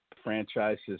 franchise's